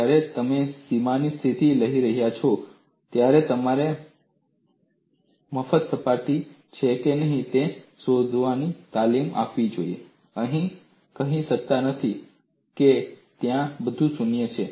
જ્યારે તમે સીમાની સ્થિતિ લખી રહ્યા હો ત્યારે તમારે તે મફત સપાટી છે કે નહીં તે જોવાની તાલીમ આપવી જોઈએ તમે કહી શકતા નથી કે ત્યાં બધું શૂન્ય છે